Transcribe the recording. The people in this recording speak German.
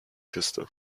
küste